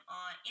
on